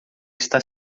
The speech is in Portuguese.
está